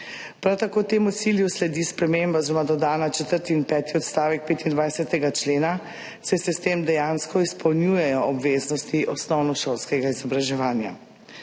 Prav tako temu cilju sledi sprememba oziroma dodana četrti in peti odstavek 25. člena, saj se s tem dejansko izpolnjujejo obveznosti osnovnošolskega izobraževanja.